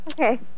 Okay